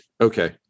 Okay